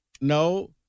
No